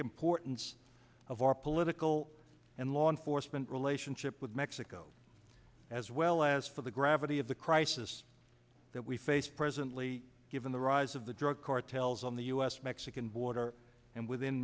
importance of our political and law enforcement relationship with mexico as well as for the gravity of the crisis that we face presently given the rise of the drug cartels on the u s mexican border and within